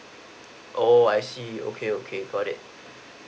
oh I see okay okay got it